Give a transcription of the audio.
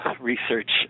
research